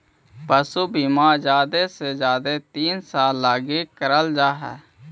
पशु बीमा जादे से जादे तीन साल लागी कयल जा हई